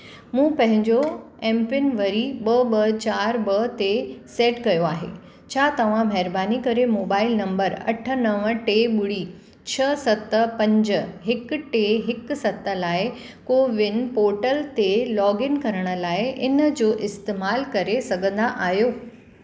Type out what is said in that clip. मूं पंहिंजो M PIN वरी ॿ ॿ चार ब ते सेट कयो आहे छा तव्हां महिरबानी करे मोबाइल नंबर अठ नव टे ॿुड़ी छह सत पंज हिकु टे हिकु सत लाइ कोविन पोर्टल ते लॉग इन करण लाइ इन जो इस्तेमालु करे सघंदा आहियो